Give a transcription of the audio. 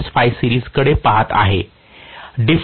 differential मध्ये असेच होते